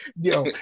Yo